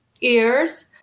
ears